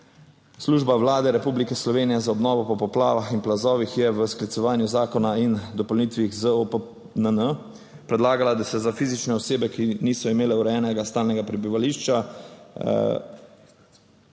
Služba Vlade Republike Slovenije za obnovo po poplavah in plazovih je v sklicevanju zakona in dopolnitvah ZOPNN predlagala, da se za fizične osebe, ki niso imele urejenega stalnega prebivališča,